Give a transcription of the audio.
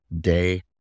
day